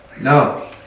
No